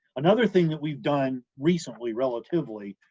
another thing that we've done recently, relatively,